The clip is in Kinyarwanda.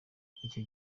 icyo